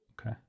Okay